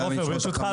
ברשותך,